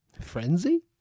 Frenzy